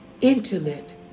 intimate